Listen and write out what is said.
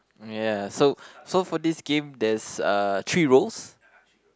ya so so for this game there's uh three roles